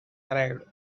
arrived